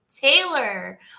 Taylor